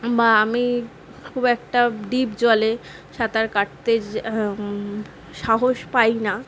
বা আমি খুব একটা ডিপ জলে সাঁতার কাটতে যা সাহস পাই না